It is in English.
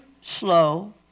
slow